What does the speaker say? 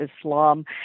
Islam